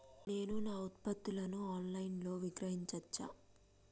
నేను నా ఉత్పత్తులను ఆన్ లైన్ లో విక్రయించచ్చా?